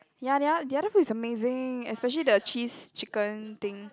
ya their the other food is amazing especially the cheese chicken thing